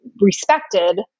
respected